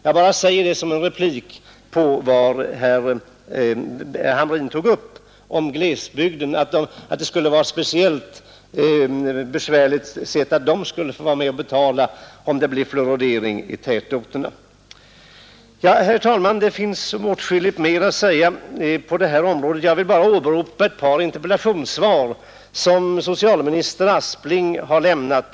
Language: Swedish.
Jag säger detta bara som en replik på vad herr Hamrin i det avseendet sade. Det finns åtskilligt mer att säga på detta område. Jag vill bara åberopa ett par interpellationssvar, som socialminister Aspling har lämnat.